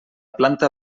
planta